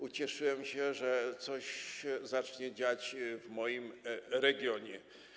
Ucieszyłem się, że coś się zacznie dziać w moim regionie.